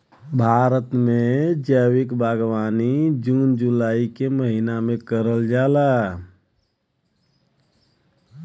भारत में जैविक बागवानी जून जुलाई के महिना में करल जाला